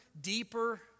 deeper